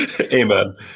Amen